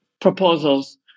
proposals